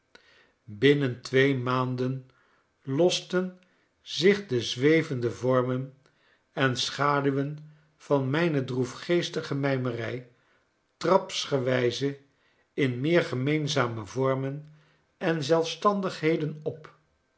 binnen twee maanden losten zich de zwevende vormen en schaduwen van mijne droefgeestige mijmerij trapsgewijze in meer gemeenzame vormen en zelfstandigheden op